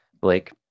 Blake